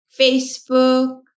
Facebook